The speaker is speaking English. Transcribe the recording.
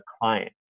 client